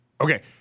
Okay